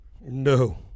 No